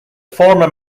former